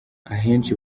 akenshi